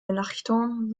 melanchthon